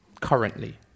currently